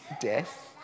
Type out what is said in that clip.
death